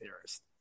theorist